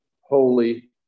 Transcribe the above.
holy